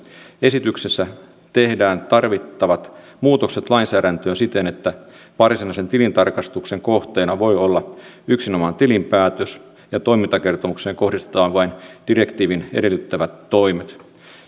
esityksessä tehdään tarvittavat muutokset lainsäädäntöön siten että varsinaisen tilintarkastuksen kohteena voi olla yksinomaan tilinpäätös ja toimintakertomukseen kohdistetaan vain direktiivien edellyttämät toimet